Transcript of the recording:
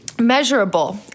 Measurable